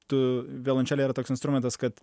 tu violončelė yra toks instrumentas kad